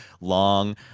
long